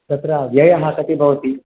तत्र व्ययः कति भवति